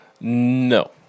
No